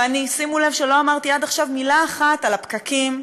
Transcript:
ושימו לב שלא אמרתי עד עכשיו מילה אחת על הפקקים,